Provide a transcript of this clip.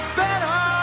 better